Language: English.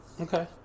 Okay